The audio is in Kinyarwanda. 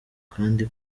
kandi